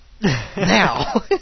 now